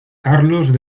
carlos